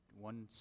one